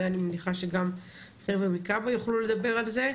זה אני מניחה שגם החבר'ה מכב"ה יוכלו לדבר על זה,